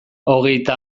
hogeita